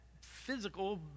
physical